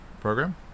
program